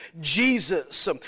Jesus